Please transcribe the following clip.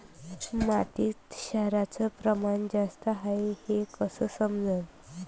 मातीत क्षाराचं प्रमान जास्त हाये हे कस समजन?